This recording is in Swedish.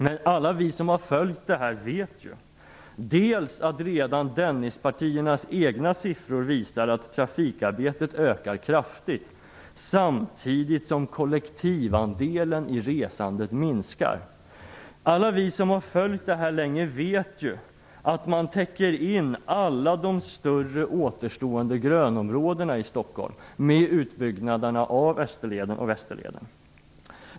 Men alla vi som har följt den här frågan vet att redan Dennispartiernas egna siffror visar att trafikarbetet ökar kraftigt, samtidigt som kollektivandelen i resandet minskar. Alla vi som har följt frågan länge vet att man med utbyggnaderna av Österleden och Västerleden täcker in alla de större återstående grönområdena i Stockholm.